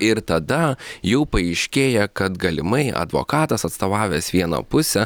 ir tada jau paaiškėja kad galimai advokatas atstovavęs vieną pusę